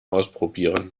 ausprobieren